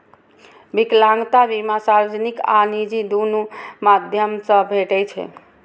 विकलांगता बीमा सार्वजनिक आ निजी, दुनू माध्यम सं भेटै छै